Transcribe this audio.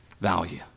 value